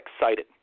excited